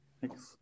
Thanks